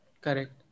Correct